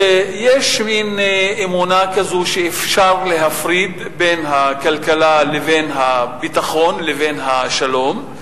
שיש מין אמונה כזאת שאפשר להפריד בין הכלכלה לבין הביטחון לבין השלום.